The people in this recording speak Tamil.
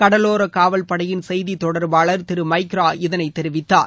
கடவோர காவல் படையின் செய்தி தொடர்பாளர் திரு மைக்ரா இதை தெிவித்தார்